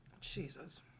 jesus